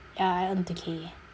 ya I earn two K